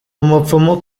umupfumu